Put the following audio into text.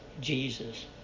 Jesus